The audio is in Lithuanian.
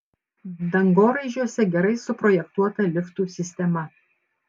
dangoraižiuose gerai suprojektuota liftų sistema